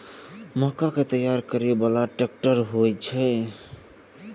मक्का कै तैयार करै बाला ट्रेक्टर होय छै?